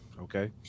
Okay